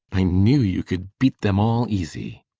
i knew you could beat them all easy.